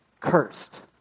cursed